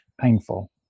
painful